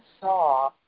saw